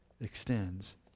extends